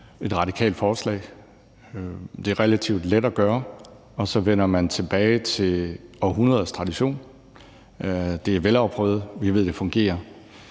et radikalt forslag. Det er relativt let at gøre, og så vender man tilbage til århundreders tradition. Det er velafprøvet, og vi ved, at det fungerer.